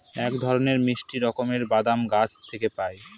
এক ধরনের মিষ্টি রকমের বাদাম গাছ থেকে পায়